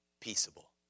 peaceable